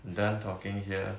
I'm done talking here